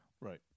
Right